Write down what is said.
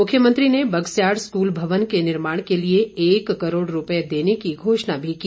मुख्यमंत्री ने बगस्याड़ स्कूल भवन के निर्माण के लिए एक करोड़ रुपये देने की घोषणा भी की